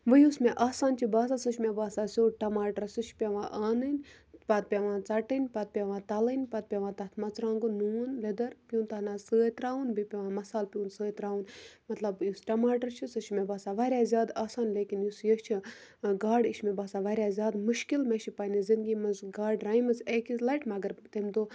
وۄنۍ یُس مےٚ آسان چھُ باسان سُہ چھُ مےٚ باسان سیٚود ٹَماٹَر یہِ چھُ پیوان اَنٕنۍ پتہٕ پیوان ژَٹٕنۍ پتہٕ پیوان تَلٕنۍ پتہٕ پیوان تَتھ مَرژٕانٛگُن نوٗن لیدٕر پِیوٗنٛتاہ نہ سۭتۍ ترٛاوُن بیٚیہِ پیوان مَسال پِیوٗتاہ سۭتۍ ترٛاوُن مَطلب یُس ٹَماٹَر چھُ سُہ چھُ مےٚ باسان واریاہ زیادٕ آسان لیکِن یُس یہٕ چھُ گاڈٕ یہٕ چھُ مےٚ باسان واریاہ زیادٕ مُشکِل مےٚ چھُ پَننہِ زِندگی منٛز گاڈٕ رَنِمٕژ اکہِ لَٹۍ مگر تَمہِ دۄہ